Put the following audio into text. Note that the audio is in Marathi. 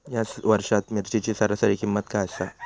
या वर्षात मिरचीची सरासरी किंमत काय आसा?